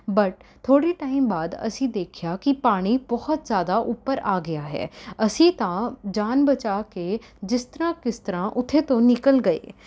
but ਥੋੜ੍ਹੇ time ਬਾਅਦ ਅਸੀਂ ਦੇਖਿਆ ਕਿ ਪਾਣੀ ਬਹੁਤ ਜ਼ਿਆਦਾ ਉੱਪਰ ਆ ਗਿਆ ਹੈ ਅਸੀਂ ਤਾਂ ਜਾਨ ਬਚਾ ਕੇ ਜਿਸ ਤਰ੍ਹਾਂ ਕਿਸ ਤਰ੍ਹਾਂ ਉੱਥੇ ਤੋਂ ਨਿਕਲ ਗਏ